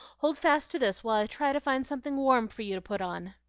hold fast to this while i try to find something warm for you to put on.